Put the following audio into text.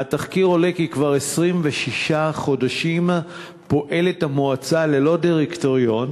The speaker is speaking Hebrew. מהתחקיר עולה כי כבר 26 חודשים פועלת המועצה ללא דירקטוריון